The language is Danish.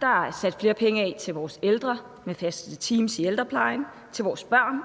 Der er sat flere penge af til vores ældre med faste teams i ældreplejen, til vores børn